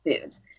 foods